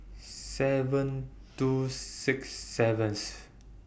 seven two six seventh